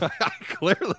Clearly